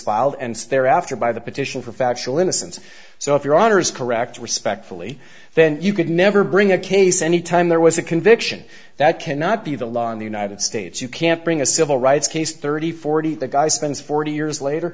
filed and thereafter by the petition for factual innocence so if your honor is correct respectfully then you could never bring a case any time there was a conviction that cannot be the law in the united states you can't bring a civil rights case thirty forty the guy spends forty years later